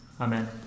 Amen